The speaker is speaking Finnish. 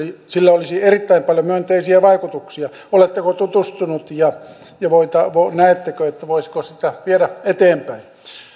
sillä olisi erittäin paljon myönteisiä vaikutuksia oletteko tutustunut ja näettekö että voisiko sitä viedä eteenpäin